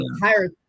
higher